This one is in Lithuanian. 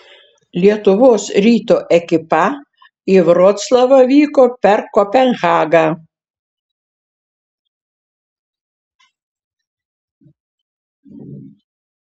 lietuvos ryto ekipa į vroclavą vyko per kopenhagą